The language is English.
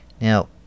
Now